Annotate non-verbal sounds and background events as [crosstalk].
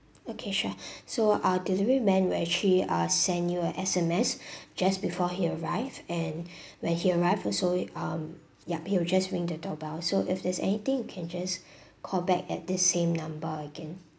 okay sure [breath] so our delivery men will actually uh send you a S_M_S [breath] just before he arrived and [breath] when he arrived also um yup he'll just ring the doorbell so if there's anything you can just [breath] callback at this same number again